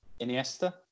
Iniesta